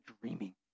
dreaming